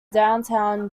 downtown